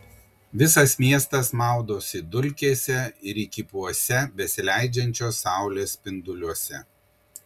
visas miestas maudosi dulkėse ir įkypuose besileidžiančios saulės spinduliuose